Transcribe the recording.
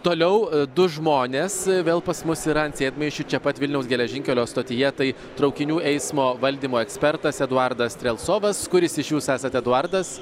toliau du žmonės vėl pas mus yra ant sėdmaišių čia pat vilniaus geležinkelio stotyje tai traukinių eismo valdymo ekspertas eduardas strelcovas kuris iš jūsų esat eduardas